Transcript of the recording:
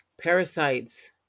Parasites